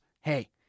hey